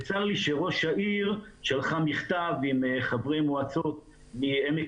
צר לי שראש העיר שלחה מכתב עם חברי מועצות מעמק